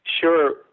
Sure